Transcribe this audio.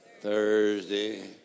Thursday